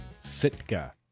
Sitka